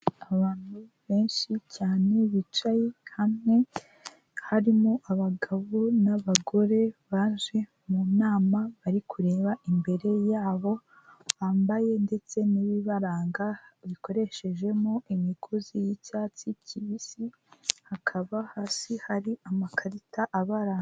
Abantu benshi cyane bicaye hamwe harimo abagabo n'abagore baje mu nama, bari kureba imbere yabo bambaye ndetse n'ibibaranga bikoreshejemo imigozi y'icyatsi kibisi hakaba hasi hari amakarita abaranga.